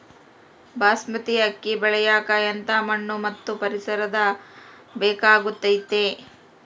ಬಾಸ್ಮತಿ ಅಕ್ಕಿ ಬೆಳಿಯಕ ಎಂಥ ಮಣ್ಣು ಮತ್ತು ಪರಿಸರದ ಬೇಕಾಗುತೈತೆ?